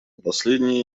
последние